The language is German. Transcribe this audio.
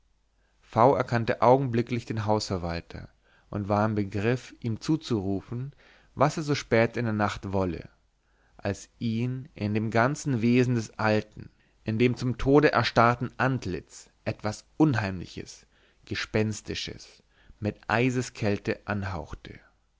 v erkannte augenblicklich den hausverwalter und war im begriff ihm zuzurufen was er so spät in der nacht wolle als ihn in dem ganzen wesen des alten in dem zum tode erstarrten antlitz etwas unheimliches gespenstisches mit eiskälte anhauchte